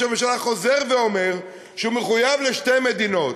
הממשלה חוזר ואומר שהוא מחויב לשתי מדינות.